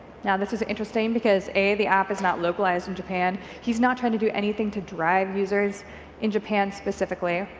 yeah this is interesting because a, the app is not localized in japan, he's not trying to do anything to drive users in japan specifically,